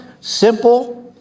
simple